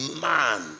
man